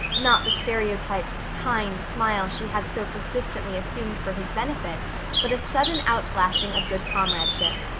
not the stereotyped kind smile she had so persistently assumed for his benefit but a sudden outflashing of good comradeship.